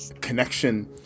connection